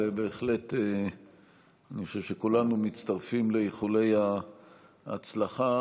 בהחלט אני חושב שכולנו מצטרפים לאיחולי ההצלחה.